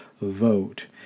vote